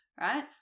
right